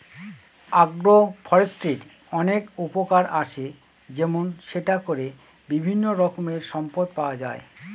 আগ্র ফরেষ্ট্রীর অনেক উপকার আসে যেমন সেটা করে বিভিন্ন রকমের সম্পদ পাওয়া যায়